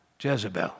Jezebel